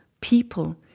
people